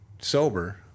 sober